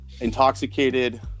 intoxicated